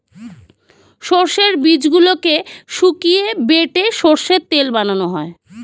সর্ষের বীজগুলোকে শুকিয়ে বেটে সর্ষের তেল বানানো হয়